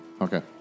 Okay